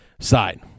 side